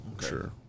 Sure